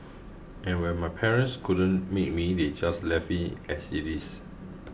and when my parents couldn't make me they just left me as it is